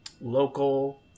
local